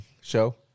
show